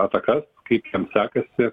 atakas kaip ten sekasi